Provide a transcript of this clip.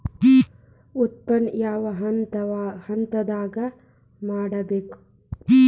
ಉತ್ಪನ್ನ ಯಾವ ಹಂತದಾಗ ಮಾಡ್ಬೇಕ್?